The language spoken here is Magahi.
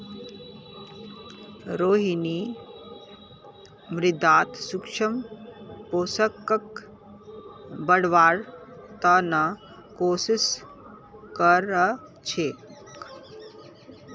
रोहिणी मृदात सूक्ष्म पोषकक बढ़व्वार त न कोशिश क र छेक